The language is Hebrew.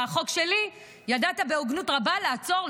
ידעת בהוגנות רבה לעצור,